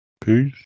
Peace